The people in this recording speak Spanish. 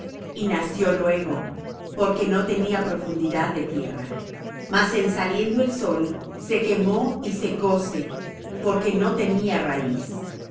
y nació luego porque no tenía profundidad de tierra mas en saliendo el sol se quemó y secóse porque no tenía raíz y